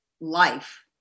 life